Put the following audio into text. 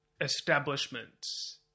establishments